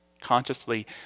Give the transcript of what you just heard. consciously